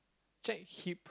check hip